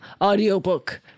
audiobook